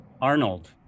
Arnold